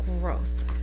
Gross